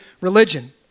religion